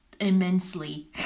immensely